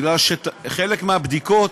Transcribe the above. כי חלק מהבדיקות,